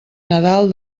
nadal